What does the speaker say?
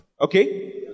Okay